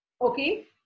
Okay